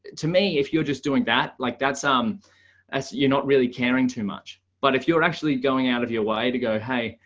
to me, if you're just doing that like that some as you're not really caring too much. but if you're actually going out of your way to go, hey,